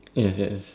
yes yes